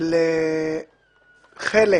לחלק